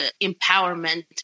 empowerment